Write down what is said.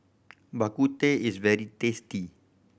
Bak Kut Teh is very tasty